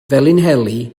felinheli